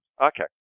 Okay